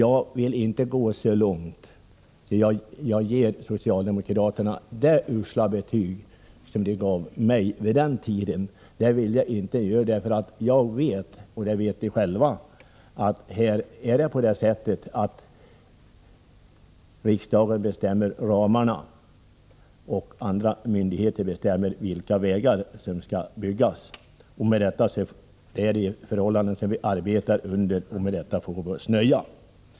Jag vill inte gå så långt att jag ger socialdemokraterna det usla betyg de orättfärdigt gav mig vid den tiden. Jag vet nämligen — och det vet socialdemokraterna själva — att riksdagen bestämmer ramarna och andra myndigheter bestämmer vilka vägar som skall byggas. Det är de förhållanden som vi arbetar under och vi får finna oss i det.